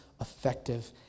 effective